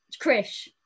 Chris